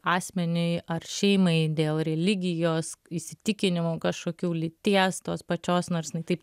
asmeniui ar šeimai dėl religijos įsitikinimų kažkokių lyties tos pačios nors jinai taip